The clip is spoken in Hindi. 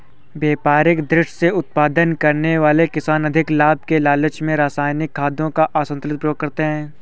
व्यापारिक दृष्टि से उत्पादन करने वाले किसान अधिक लाभ के लालच में रसायनिक खादों का असन्तुलित प्रयोग करते हैं